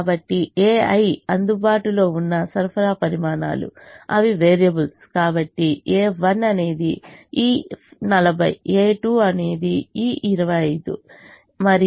కాబట్టి ai అందుబాటులో ఉన్న సరఫరా పరిమాణాలు అవి వేరియబుల్స్ కాబట్టి a1 అనేది ఈ 40 a2 అనేది ఈ 25 మరియు a3 అనేది ఈ 35